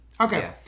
Okay